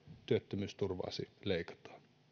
työttömyysturvaasi leikataan